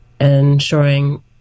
ensuring